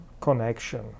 connection